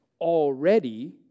already